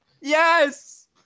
Yes